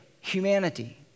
humanity